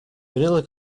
vanilla